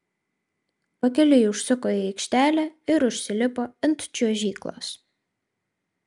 pakeliui užsuko į aikštelę ir užsilipo ant čiuožyklos